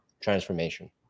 transformation